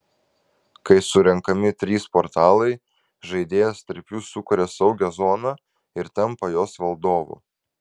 kai surenkami trys portalai žaidėjas tarp jų sukuria saugią zoną ir tampa jos valdovu